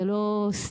זה לא סתם.